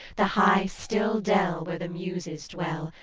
the high still dell where the muses dwell,